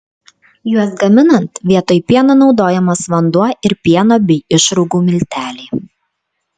juos gaminant vietoj pieno naudojamas vanduo ir pieno bei išrūgų milteliai